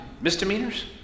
misdemeanors